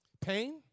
pain